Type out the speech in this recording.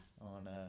on